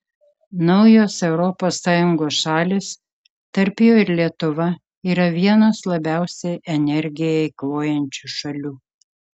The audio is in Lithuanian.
naujos europos sąjungos šalys tarp jų ir lietuva yra vienos labiausiai energiją eikvojančių šalių